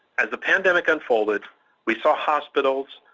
as the pandemic unfolded we saw hospitals,